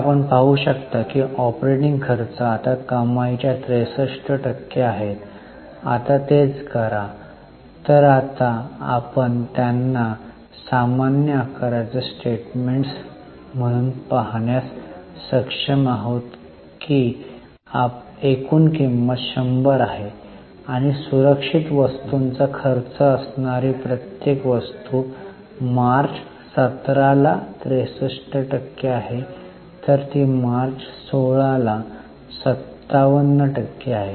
तर आपण पाहू शकता की ऑपरेटिंग खर्च आता कमाईच्या 63 टक्के आहेत आता तेच करा तर आता आपण त्यांना सामान्य आकाराचे स्टेटमेंट्स म्हणून पाहण्यास सक्षम आहात की एकूण किंमत १०० आहे आणि सुरक्षित वस्तूंचा खर्च असणारी प्रत्येक वस्तू मार्च 17 ला 63 टक्के आहे तर ती मार्च 16 ला 57 टक्के आहे